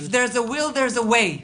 if there is a will there is a way.